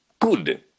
Good